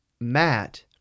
Matt